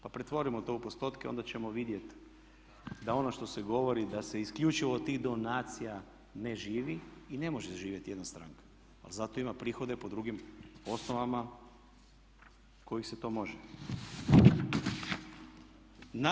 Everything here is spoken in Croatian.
Pa pretvorimo to u postotke, onda ćemo vidjeti da ono što se govori da se isključivo od tih donacija ne živi i ne može živjeti jedna stranka ali zato ima prihode po drugim osnovama kojih se to može.